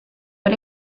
but